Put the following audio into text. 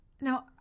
Now